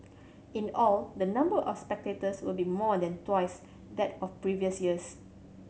in all the number of spectators will be more than twice that of previous years